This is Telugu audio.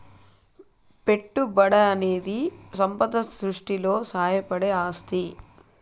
పెట్టుబడనేది సంపద సృష్టిలో సాయపడే ఆస్తి